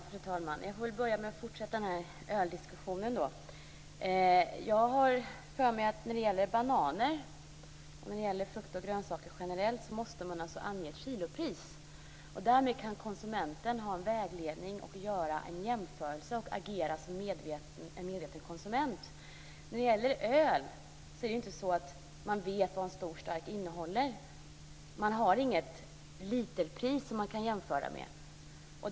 Fru talman! Jag får börja med att fortsätta denna öldiskussion. Jag har för mig att när det gäller bananer och när det gäller frukt och grönsaker generellt måste man ange kilopris. Därmed kan konsumenten ha en vägledning och göra en jämförelse och agera som en medveten konsument. När det gäller öl så är det inte så att man vet vad en stor stark innehåller. Man har inget literpris som man kan jämföra med.